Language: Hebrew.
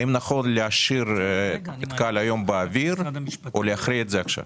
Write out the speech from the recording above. השאלה היא האם נכון להשאיר את כאן היום באוויר או להכריע עכשיו.